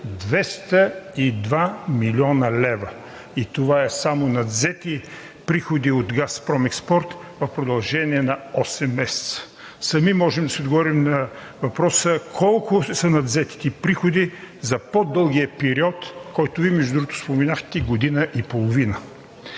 202 млн. лв. И това са само надвзетите приходи от „Газпром Експорт“ в продължение на осем месеца. Сами можем да си отговор на въпроса: колко са надвзетите приходи за по-дългия период, който Вие споменахте – година и половина?